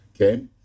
okay